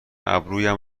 ابرویم